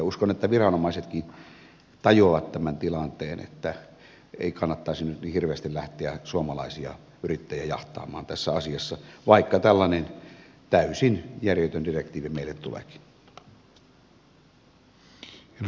uskon että viranomaisetkin tajuavat tämän tilanteen että ei kannattaisi nyt niin hirveästi lähteä suomalaisia yrittäjiä jahtaamaan tässä asiassa vaikka tällainen täysin järjetön direktiivi meille tuleekin